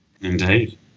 Indeed